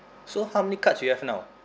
so how many cards you have now